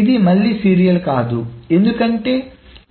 ఇది మళ్ళీ సీరియల్ కాదు ఎందుకంటే